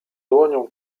dłonią